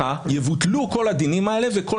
לא